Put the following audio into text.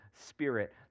spirit